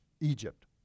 Egypt